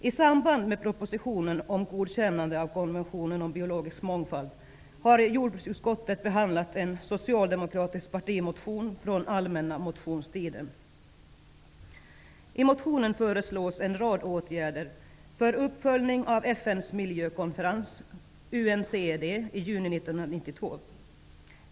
I samband med propositionen om godkännande av konventionen om biologisk mångfald har jordbruksutskottet behandlat en socialdemokratisk partimotion från allmänna motionstiden. I motionen föreslås en rad åtgärder för uppföljning av FN:s miljökonferens UNCED i juni 1992.